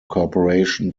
corporation